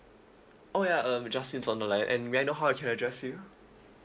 oh ya um justin's on the line and may I know how can I address you